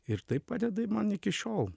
ir tai padeda man iki šiol